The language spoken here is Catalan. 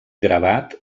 gravat